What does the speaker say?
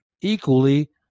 equally